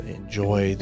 enjoy